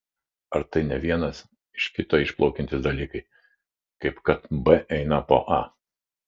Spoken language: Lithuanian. ar tai ne vienas iš kito išplaukiantys dalykai kaip kad b eina po a